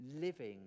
living